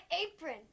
apron